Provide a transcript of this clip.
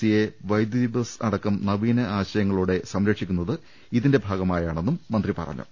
സിയെ വൈദ്യുതി ബസ് അടക്കം നവീന ആശയങ്ങളോടെ സംരക്ഷിക്കുന്നത് ഇതിന്റെ ഭാഗമായാണെന്നും മന്ത്രി പറഞ്ഞു